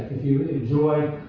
if you enjoy